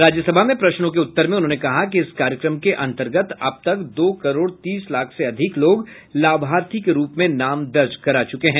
राज्यसभा में प्रश्नों के उत्तर में उन्होंने कहा कि इस कार्यक्रम के अंतर्गत अब तक दो करोड़ तीस लाख से अधिक लोग लाभार्थी के रूप में नाम दर्ज करा चुके हैं